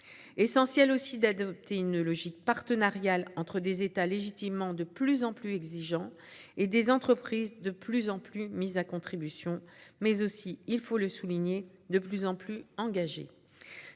essentiel d'adopter une logique partenariale entre des États légitimement de plus en plus exigeants et des entreprises de plus en plus mises à contribution, mais aussi- il faut le souligner -de plus en plus engagées.